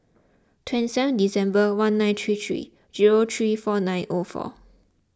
twenty seven December one nine three three zero three four nine O four